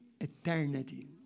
eternity